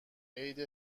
عید